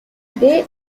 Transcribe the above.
they